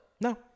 No